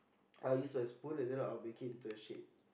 I use my spoon and then I'll make it into a shape